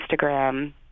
Instagram